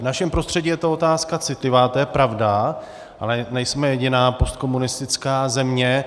V našem prostředí je to otázka citlivá, to je pravda, ale nejsme jediná postkomunistická země.